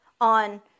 on